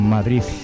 Madrid